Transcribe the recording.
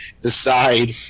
decide